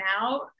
now